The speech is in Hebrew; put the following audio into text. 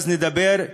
אז נדבר,